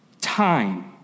time